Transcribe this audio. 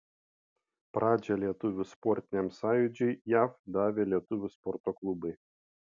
pradžią lietuvių sportiniam sąjūdžiui jav davė lietuvių sporto klubai